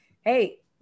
Hey